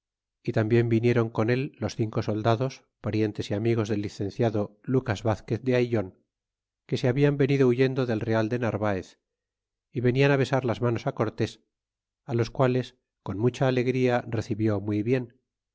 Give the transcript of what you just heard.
y tambien viniéron con el los cinco soldados parientes y amigos del licenciado lucas vazquez de aillon que se hablan venido huyendo del real de narvaez y venian besar las manos cortés á los quales con mucha alegría recibió muy bien